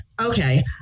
Okay